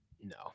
No